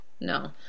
No